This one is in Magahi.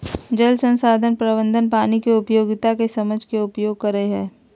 जल संसाधन प्रबंधन पानी के उपयोगिता के समझ के उपयोग करई हई